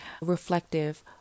reflective